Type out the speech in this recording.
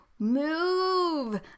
move